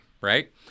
right